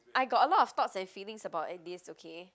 I got a lot of thoughts and feelings about this okay